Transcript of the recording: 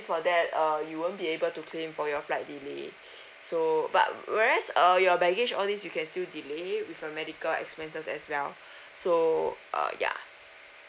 for that uh you won't be able to claim for your flight delay so but whereas err your baggage all these you can still delay with a medical expenses as well so uh ya